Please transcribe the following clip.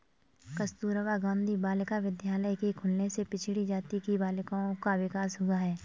कस्तूरबा गाँधी बालिका विद्यालय के खुलने से पिछड़ी जाति की बालिकाओं का विकास हुआ है